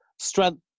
strength